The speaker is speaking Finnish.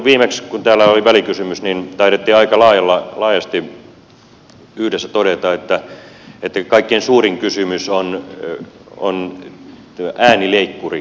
viimeksi kun täällä oli välikysymys taidettiin aika laajasti yhdessä todeta että kaikkein suurin kysymys on äänileikkurikysymys